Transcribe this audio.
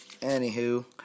Anywho